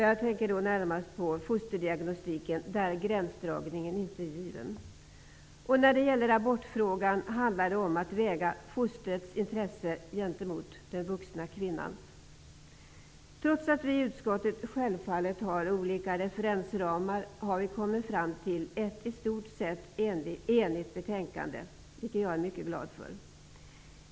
Jag tänker då närmast på fosterdiagnostiken, där gränsdragningen inte är given. När det gäller abortfrågan handlar det om att väga fostrets intresse gentemot den vuxna kvinnans. Trots att vi i utskottet självfallet har olika referensramar har vi kommit fram till ett i stort sett enigt betänkande, vilket jag är mycket glad för.